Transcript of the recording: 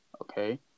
okay